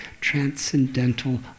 transcendental